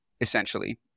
essentially